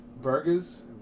Burgers